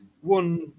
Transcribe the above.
one